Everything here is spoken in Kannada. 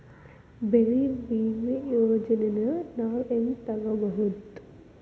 ಬೆಳಿ ವಿಮೆ ಯೋಜನೆನ ನಾವ್ ಹೆಂಗ್ ತೊಗೊಬೋದ್?